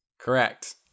Correct